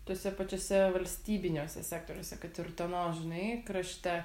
tuose pačiuose valstybiniuose sektoriuose kad ir utenos žinai krašte